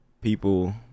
people